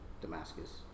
Damascus